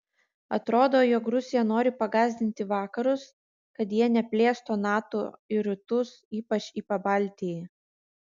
atrodo jog rusija nori pagąsdinti vakarus kad jie neplėstų nato į rytus ypač į pabaltijį